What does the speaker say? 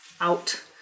out